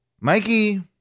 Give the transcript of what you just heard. Mikey